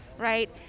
Right